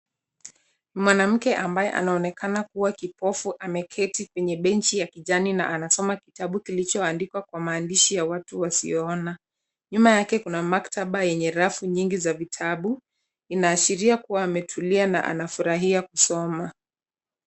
Mwanamke ambaye anaonekana kuwa kipofu ameketi kwenye bench ya kijani na anasoma kitabu kilicho andikwa kwa maandishi ya watu wasioona. Nyuma yake kuna maktaba yenye rafu nyingi za vitabu. Inaashiria kuwa ametulia na anafurahia kusoma.